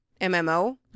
MMO